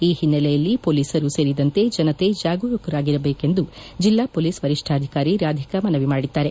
ಈ ಹಿನ್ನೆಲೆಯಲ್ಲಿ ಪೋಲಿಸರು ಸೇರಿದಂತೆ ಜನತೆ ಜಾಗರೂಕರಾಗಿರಬೇಕೆಂದು ಜಿಲ್ಲಾ ಪೋಲಿಸ್ ವರಿಷ್ಠಾಧಿಕಾರಿ ರಾಧಿಕಾ ಮನವಿ ಮಾಡಿದ್ದಾರೆ